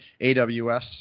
AWS